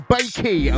Bakey